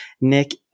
Nick